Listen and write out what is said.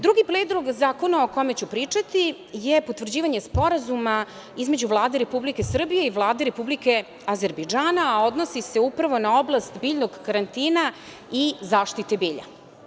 Drugi Predlog zakona o kome ću pričati je potvrđivanje Sporazuma između Vlade Republike Srbije i Vlade Republike Azerbejdžana, a odnosi se upravo na oblast biljnog karantina i zaštite bilja.